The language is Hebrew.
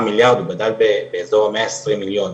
מיליארד גדל באיזור מאה עשרים מיליון.